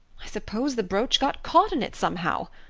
i suppose the brooch got caught in it somehow.